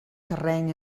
terreny